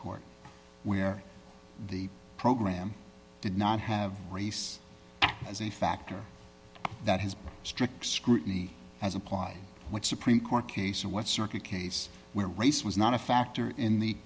court where the program did not have race as a factor that has strict scrutiny as applied what supreme court case and what circuit case where race was not a factor in the